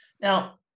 now